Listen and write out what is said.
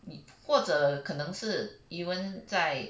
你或者可能是 even 在